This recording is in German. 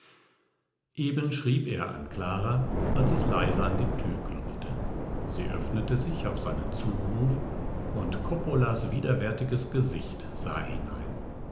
eben schrieb er an clara als es leise an die türe klopfte sie öffnete sich auf seinen zuruf und coppolas widerwärtiges gesicht sah hinein